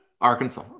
Arkansas